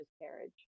miscarriage